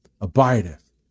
abideth